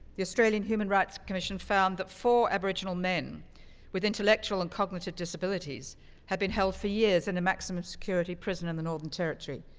the australian human rights commission found that four aboriginal men with intellectual and cognitive disabilities had been held for years in a maximum security prison in the northern territory.